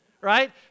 right